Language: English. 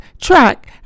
track